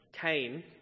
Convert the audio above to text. Cain